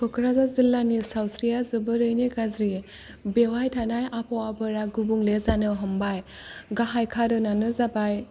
क'क्राझार जिल्लानि सावस्रिया जोबोरैनो गाज्रि बेवहाय थानाय आबहावाफोरा गुबुंले जानो हमबाय गाहाइ खारनानो जाबाय